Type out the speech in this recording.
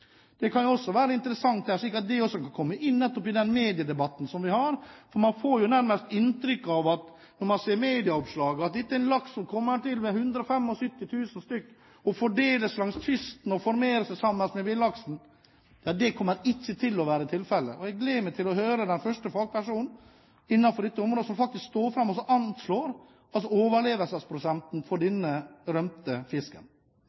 Det kan være interessant at dette også kommer inn i den mediedebatten som vi har. For man får nærmest inntrykk av når man ser medieoppslagene, at disse 175 000 laksene kommer til å fordele seg langs kysten og formere seg med villaksen. Det kommer ikke til å være tilfellet. Jeg gleder meg til å høre den første fagpersonen innenfor dette området som faktisk står fram og anslår overlevelsesprosenten for denne rømte fisken.